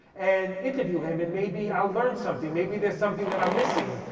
and interview him, and maybe i'll learn something. maybe there's something that i'm missing.